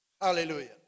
Hallelujah